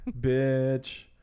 bitch